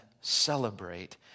celebrate